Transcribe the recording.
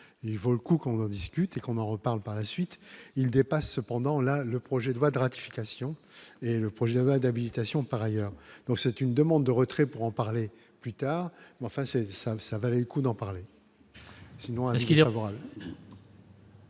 il vaut le coup qu'on en discute et qu'on en reparle, par la suite, il dépasse cependant la le projet de loi de ratification est le projet d'habilitation, par ailleurs, donc c'est une demande de retrait pour en parler plus tard mais enfin c'est ça, ça valait coup d'en parler. Sinon, un, qu'il